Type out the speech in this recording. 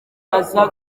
aza